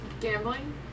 Gambling